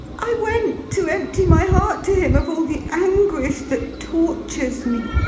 i went to empty my heart to him of all the anguish that tortures me.